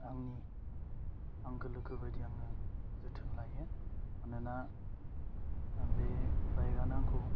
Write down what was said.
आंनि आंगो लोगोबायदि आङो जोथोन लायो मानोना बे बाइकआनो आंखौ